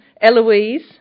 Eloise